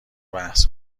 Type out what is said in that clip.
بحث